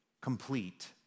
complete